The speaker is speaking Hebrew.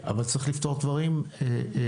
אבל צריך לפתור דברים בדרך.